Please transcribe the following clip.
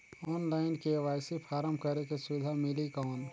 Online KYC form करेके सुविधा मिली कौन?